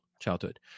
childhood